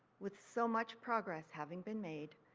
with so much progress having been made,